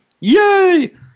Yay